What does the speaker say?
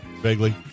Vaguely